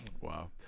Wow